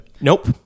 Nope